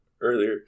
earlier